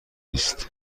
است